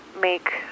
make